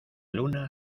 luna